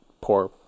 poor